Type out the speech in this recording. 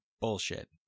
bullshit